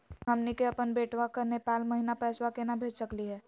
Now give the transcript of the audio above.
हमनी के अपन बेटवा क नेपाल महिना पैसवा केना भेज सकली हे?